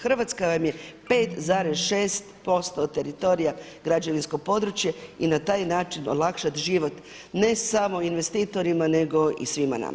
Hrvatska vam je 5,6% teritorija građevinsko područje i na taj način olakšati život ne samo investitorima nego i svima nama.